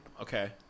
Okay